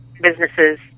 businesses